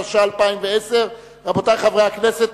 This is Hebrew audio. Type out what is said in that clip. התש"ע 2010. רבותי חברי הכנסת,